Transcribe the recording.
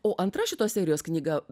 o antra šitos serijos knyga